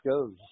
goes